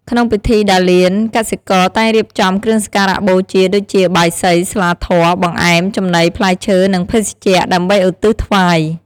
ក្នុងពិធីដារលាន កសិករតែងរៀបចំ គ្រឿងសក្ការៈបូជា ដូចជា បាយសី ស្លាធម៌ បង្អែម ចំណី ផ្លែឈើ និងភេសជ្ជៈ ដើម្បីឧទ្ទិសថ្វាយ។